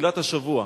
בתחילת השבוע,